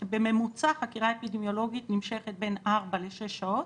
בממוצע חקירה אפידמיולוגית נמשכת בין ארבע לשש שעות.